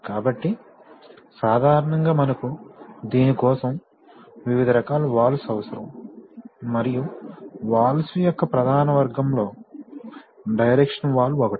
కాబట్టి సాధారణంగా మనకు దీని కోసం వివిధ రకాల వాల్వ్స్ అవసరం మరియు వాల్వ్స్ యొక్క ప్రధాన వర్గంలో డైరెక్షనల్ వాల్వ్స్ ఒకటి